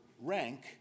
rank